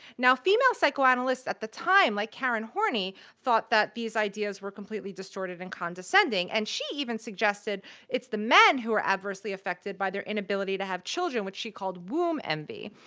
now female psychoanalysts at the time, like karen horney, thought that these ideas were completely distorted and condescending. and she even suggested it's the men who were adversely affected by their inability to have children, which she called womb envy.